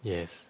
yes